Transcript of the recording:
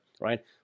right